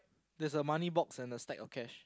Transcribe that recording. there's a money box and a stash of cash